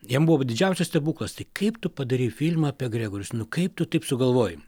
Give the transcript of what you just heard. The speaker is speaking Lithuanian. jiem buvo va didžiausias stebuklas tai kaip tu padarei filmą apie gregorius nu kaip tu taip sugalvojai